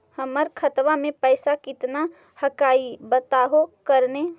हमर खतवा में पैसा कितना हकाई बताहो करने?